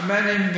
האמן לי,